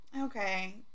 Okay